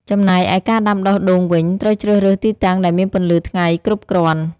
ចំណែកឯការដាំដុះដូងវិញ ត្រូវជ្រើសរើសទីតាំងដែលមានពន្លឺថ្ងៃគ្រប់គ្រាន់។